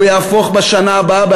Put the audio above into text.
הוא יהפוך בשנה הבאה,